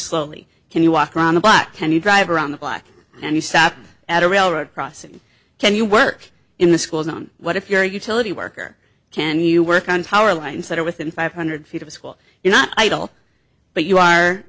slowly can you walk around the block can you drive around the block and you sat at a railroad crossing can you work in the schools on what if your utility worker can you work on power lines that are within five hundred feet of a school is not idle but you are